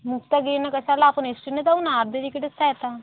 मुफ्त गे न कशाला आपण एस टीनं जाऊ ना अर्धं तिकीटच तर आहे आता